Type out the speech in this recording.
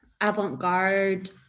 avant-garde